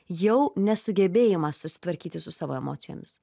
jau nesugebėjimą susitvarkyti su savo emocijomis